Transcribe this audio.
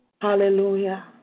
Hallelujah